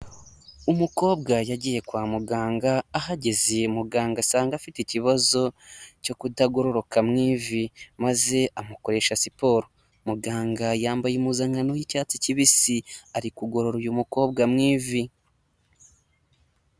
Umukobwa yagiye kwa muganga ahageze muganga asanga afite ikibazo cyo kutagororoka mu ivi, maze amukoresha siporo, muganga yambaye impuzankano y'icyatsi kibisi, ari kugorora uyu mukobwa mu ivi.